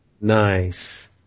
Nice